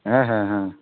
হ্যাঁ হ্যাঁ হ্যাঁ